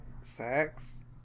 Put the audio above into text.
Sex